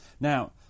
Now